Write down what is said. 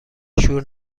شور